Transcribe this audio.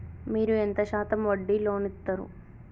మీరు ఎంత శాతం వడ్డీ లోన్ ఇత్తరు?